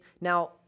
Now